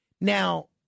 Now